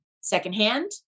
secondhand